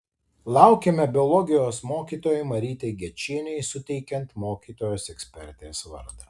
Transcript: laukiame biologijos mokytojai marytei gečienei suteikiant mokytojos ekspertės vardą